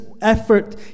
effort